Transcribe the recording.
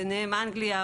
ביניהן אנגליה,